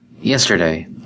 Yesterday